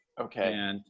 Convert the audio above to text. Okay